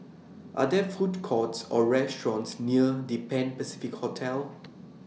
Are There Food Courts Or restaurants near The Pan Pacific Hotel